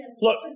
Look